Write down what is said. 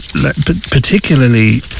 particularly